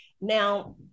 Now